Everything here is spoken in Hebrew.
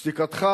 שתיקתך,